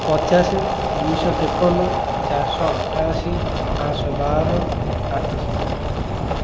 ପଚାଶ ଦୁଇ ଶହ ତେପନ ଚାରି ଶହ ଅଠାଅଶି ପାଞ୍ଚ ଶହ ବାର ଆଠ ଶହ